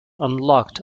unlocked